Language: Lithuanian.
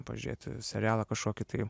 pažiūrėti serialą kažkokį tai